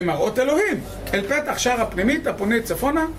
מראות אלוהים, אל פתח שער הפנימית הפונה צפונה